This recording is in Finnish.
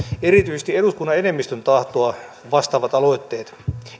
erityisesti eduskunnan enemmistön tahtoa vastaavat aloitteet